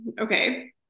okay